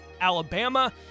Alabama